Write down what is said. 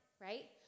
right